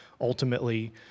ultimately